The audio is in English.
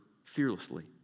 fearlessly